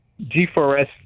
G4S